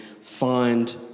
find